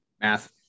Math